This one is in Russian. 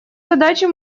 задачу